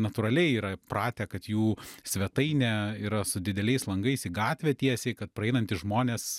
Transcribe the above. natūraliai yra pratę kad jų svetainė yra su dideliais langais į gatvę tiesiai kad praeinantys žmonės